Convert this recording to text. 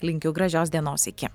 linkiu gražios dienos iki